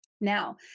Now